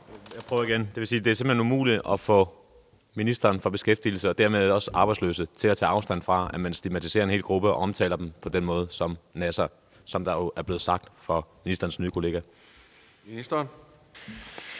Jeg prøver igen: Det vil sige, at det simpelt hen er umuligt at få ministeren for beskæftigelse og dermed også for arbejdsløse til at tage afstand fra, at man stigmatiserer en hel gruppe og omtaler dem på den måde, altså som nassere, som det jo er blevet sagt af ministerens nye kollega. Kl.